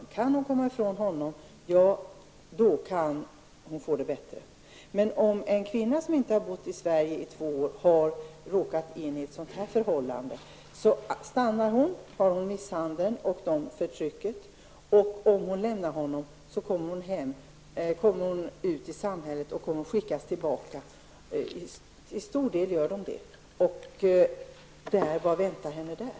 Om hon kan komma från honom, kan hon få det bättre. Men om en kvinna som inte har bott i Sverige i två år har råkat in i ett sådant förhållande är situationen svårare. Stannar hon hos mannen blir hon misshandlad och förtryckt, och om hon lämnar mannen kommer hon ganska sannolikt att skickas tillbaka till det land hon flytt ifrån och till allt som väntar henne där.